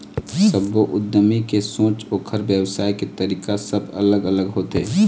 सब्बो उद्यमी के सोच, ओखर बेवसाय के तरीका सब अलग अलग होथे